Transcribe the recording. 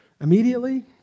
immediately